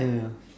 yeah yeah yeah